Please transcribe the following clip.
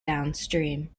downstream